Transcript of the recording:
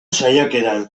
saiakeran